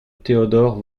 theodor